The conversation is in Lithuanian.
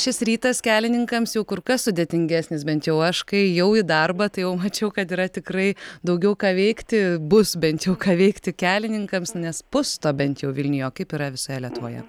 šis rytas kelininkams jau kur kas sudėtingesnis bent jau aš kai ėjau į darbą tai jau mačiau kad yra tikrai daugiau ką veikti bus bent jau ką veikti kelininkams nes pūsto bent jau vilniuje o kaip yra visoje lietuvoje